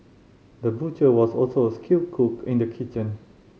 the butcher was also a skilled cook in the kitchen